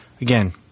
again